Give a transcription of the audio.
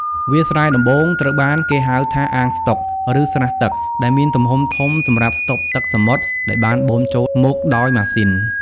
វាលស្រែដំបូងត្រូវបានគេហៅថាអាងស្តុក ឬស្រះទឹកដែលមានទំហំធំសម្រាប់ស្តុកទឹកសមុទ្រដែលបានបូមចូលមកដោយម៉ាស៊ីន។